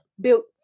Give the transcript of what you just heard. built